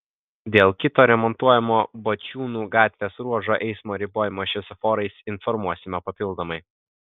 dėl kito remontuojamo bačiūnų gatvės ruožo eismo ribojimo šviesoforais informuosime papildomai